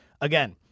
Again